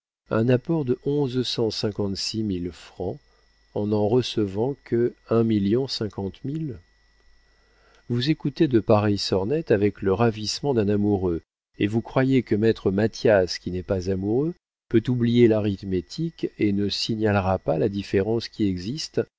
un apport de onze cent cinquante-six mille francs en n'en recevant que un million cinquante mille vous écoutez de pareilles sornettes avec le ravissement d'un amoureux et vous croyez que maître mathias qui n'est pas amoureux peut oublier l'arithmétique et ne signalera pas la différence qui existe